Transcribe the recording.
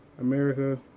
America